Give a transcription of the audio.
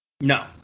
no